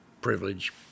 privilege